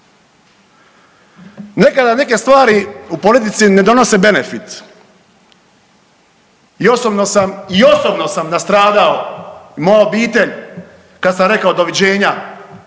Nekada neke stvari u politici ne donose benefit i osobno sam i osobno sam nastradao i moja obitelj kad sam rekao doviđenja